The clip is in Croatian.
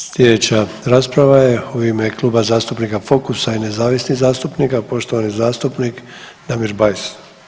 Sljedeća rasprava je u ime Kluba zastupnika Fokusa i nezavisnih zastupnika, poštovani zastupnik Damir Bajs.